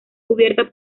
cubierta